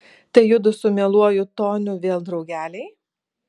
tai judu su mieluoju toniu vėl draugeliai